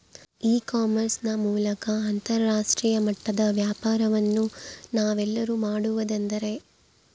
E commerce ನ ಮೂಲಕ ಅಂತರಾಷ್ಟ್ರೇಯ ಮಟ್ಟದ ವ್ಯಾಪಾರವನ್ನು ನಾವೆಲ್ಲರೂ ಮಾಡುವುದೆಂದರೆ?